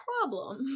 problem